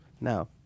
Now